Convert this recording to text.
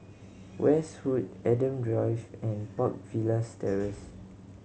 Westwood Adam Drive and Park Villas Terrace